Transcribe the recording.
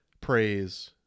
praise